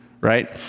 right